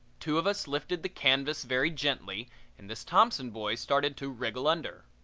two of us lifted the canvas very gently and this thompson boy started to wriggle under.